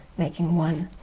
making one.